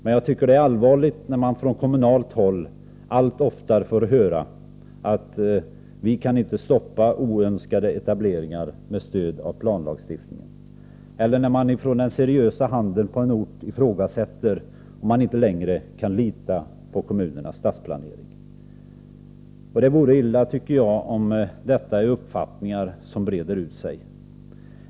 Men jag tycker det är allvarligt, när man från kommunalt håll allt oftare får höra att ”vi kan inte stoppa oönskade etableringar med stöd av planlagstiftningen”, eller när man från den seriösa handeln på en ort ifrågasätter om man längre kan lita på kommunernas stadsplanering. Det vore illa, tycker jag, om sådana uppfattningar breder ut sig.